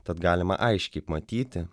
tad galima aiškiai matyti